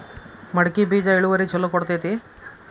ಮಡಕಿ ಬೇಜ ಇಳುವರಿ ಛಲೋ ಕೊಡ್ತೆತಿ?